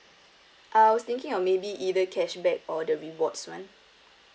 I was thinking of maybe either cashback or the rewards [one]